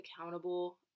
accountable